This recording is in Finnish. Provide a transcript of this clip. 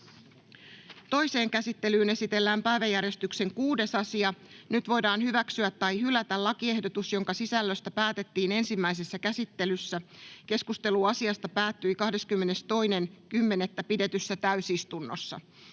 Toiseen käsittelyyn esitellään päiväjärjestyksen 6. asia. Nyt voidaan hyväksyä tai hylätä lakiehdotus, jonka sisällöstä päätettiin ensimmäisessä käsittelyssä. Keskustelu asiasta päättyi 22.10.2024 pidetyssä täysistunnossa